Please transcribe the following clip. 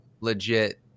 legit